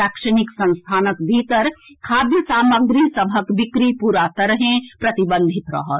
शौक्षणिक संस्थानक भीतर खाद्य सामग्री सभक बिक्री पूरा तरहें प्रतिबंधित रहत